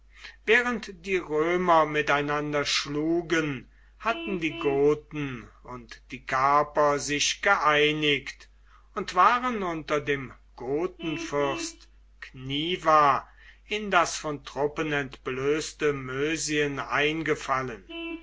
während die römer miteinander schlugen hatten die goten und die carper sich geeinigt und waren unter dem gotenfürsten cniva in das von truppen entblößte mösien eingefallen